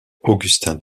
augustin